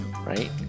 right